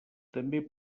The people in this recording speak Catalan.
també